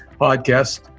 podcast